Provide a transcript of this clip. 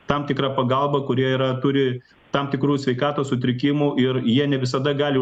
tam tikra pagalba kurie yra turi tam tikrų sveikatos sutrikimų ir jie ne visada gali